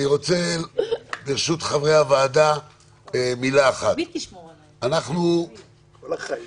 ברשות חברי הועדה אני רוצה לומר